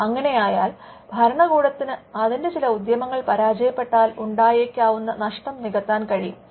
അങ്ങെനെയായാൽ ഭരണകൂടത്തിന്അതിന്റെ ചില ഉദ്യമങ്ങൾ പരാജയപ്പെട്ടാൽ ഉണ്ടായേക്കാവുന്ന നഷ്ടം നികത്താൻ കഴിയും